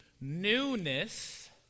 newness